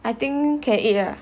I think can eat lah